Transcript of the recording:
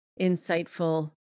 insightful